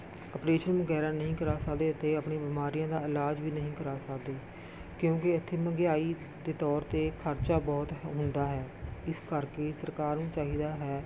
operation ਵਗੈਰਾ ਨਹੀਂ ਕਰਾ ਸਕਦੇ ਅਤੇ ਆਪਣੀ ਬਿਮਾਰੀਆਂ ਦਾ ਇਲਾਜ ਵੀ ਨਹੀਂ ਕਰਾ ਸਕਦੇ ਕਿਉਂਕਿ ਇਥੇ ਮਹਿੰਗਾਈ ਦੇ ਤੌਰ 'ਤੇ ਖਰਚਾ ਬਹੁਤ ਹੁੰਦਾ ਹੈ ਇਸ ਕਰਕੇ ਸਰਕਾਰ ਨੂੰ ਚਾਹੀਦਾ ਹੈ